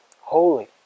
holy